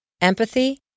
empathy